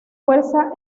fuerza